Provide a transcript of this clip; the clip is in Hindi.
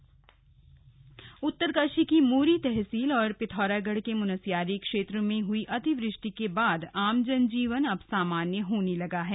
आपदा राहत उत्तरकाशी की मोरी तहसील और पिथौरागढ़ के मुनस्यारी क्षेत्र में हुई अतिवृष्टि के बाद वहां आम जन जीवन अब समान्य होने लगा है